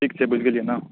ठीक छै बुझि गेलियै ने